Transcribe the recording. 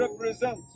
represent